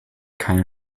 keine